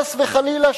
חס וחלילה,